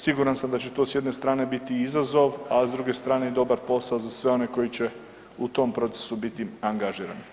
Siguran sam da će s jedne strane to biti izazov, a s druge strane i dobar posao za sve one koji će u tom procesu biti angažirani.